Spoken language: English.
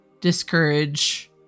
discourage